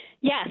Yes